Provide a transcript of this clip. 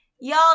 y'all